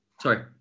Sorry